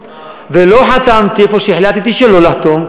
לא רע, זה נשמע לא רע מפה.